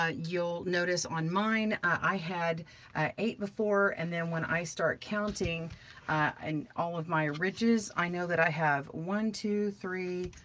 ah you'll notice on mine, i had eight before, before, and then when i start counting and all of my ridges, i know that i have one, two, three,